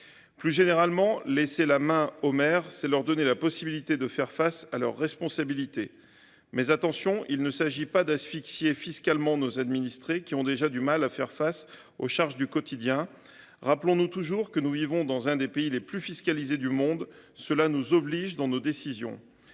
Plus généralement, laisser la main aux maires, c’est leur donner la possibilité de faire face à leurs responsabilités. Mais attention, il ne s’agit pas d’asphyxier fiscalement nos administrés, qui ont déjà du mal à faire face aux charges du quotidien. Rappelons-nous toujours que nous vivons dans l’un des pays les plus fiscalisés au monde. Cela nous oblige dans nos décisions.